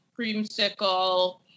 creamsicle